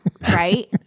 Right